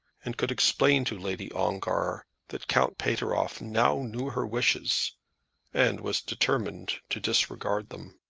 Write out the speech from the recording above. and could explain to lady ongar that count pateroff now knew her wishes and was determined to disregard them.